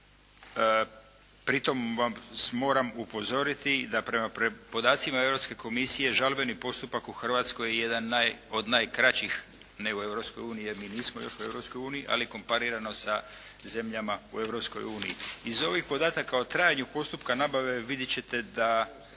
Pri tom vas moram upozoriti da prema podacima Europske komisije žalbeni postupak u Hrvatskoj je jedan od najkraćih ne u Europskoj uniji jer mi nismo još u Europskoj uniji, ali komparirano sa zemljama u Europskoj uniji. Iz ovih podataka o trajanju postupka nabave vidjet ćete da